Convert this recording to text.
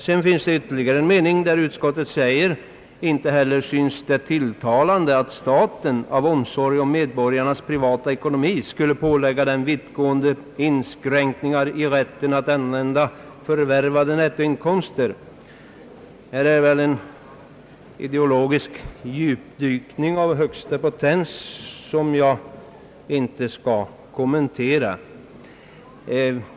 Jag vill ta upp ytterligare en mening där utskottet säger: »Inte heller synes det tilltalande att staten av omsorg om medborgarnas privata ekonomi skulle pålägga dem vittgående inskränkningar i rätten att använda förvärvade nettoinkomster.» Detta uttalande är en ideologisk djupdykning av högsta potens, som jag inte skall kommentera!